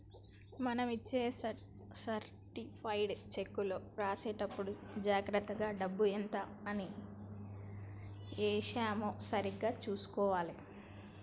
మనం ఇచ్చే సర్టిఫైడ్ చెక్కులో రాసేటప్పుడే జాగర్తగా డబ్బు ఎంత అని ఏశామో సరిగ్గా చుసుకోవాలే